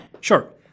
Sure